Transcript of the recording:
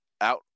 out